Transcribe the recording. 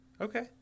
Okay